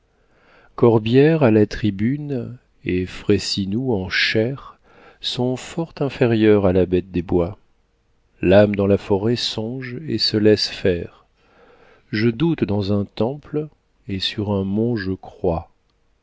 corbière à la tribune et frayssinous en chaire sont fort inférieurs à la bête des bois l'âme dans la forêt songe et se laisse faire je doute dans un temple et sur un mont je crois